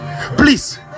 please